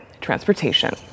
transportation